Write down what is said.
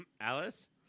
Alice